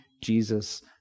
Jesus